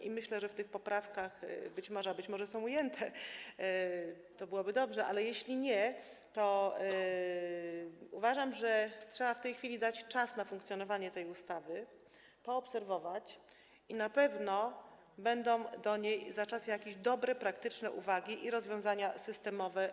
I myślę, że w tych poprawkach być może są one ujęte - to byłoby dobrze - ale jeśli nie, to uważam, że trzeba w tej chwili dać czas na funkcjonowanie tej ustawy, poobserwować i na pewno będą do niej za jakiś czas dobre, praktyczne uwagi i potrzebne rozwiązania systemowe.